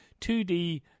2D